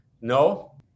no